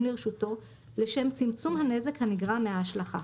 לרשותו לשם צמצום הנזק הנגרם מההשלכה.